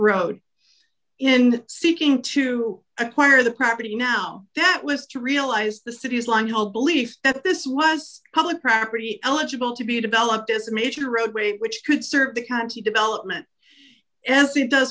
road and seeking to acquire the property now that was to realize the city's long held belief that this was public property eligible to be developed as a major roadway which could serve the county development as it does